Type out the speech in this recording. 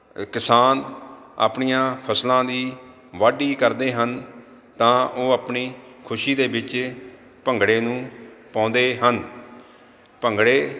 ਅ ਕਿਸਾਨ ਆਪਣੀਆਂ ਫ਼ਸਲਾਂ ਦੀ ਵਾਢੀ ਕਰਦੇ ਹਨ ਤਾਂ ਉਹ ਆਪਣੀ ਖੁਸ਼ੀ ਦੇ ਵਿੱਚ ਭੰਗੜੇ ਨੂੰ ਪਾਉਂਦੇ ਹਨ ਭੰਗੜੇ